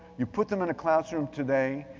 you put them in a classroom today,